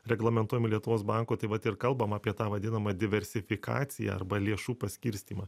reglamentuojami lietuvos banko tai vat ir kalbam apie tą vadinamą diversifikaciją arba lėšų paskirstymą